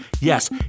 yes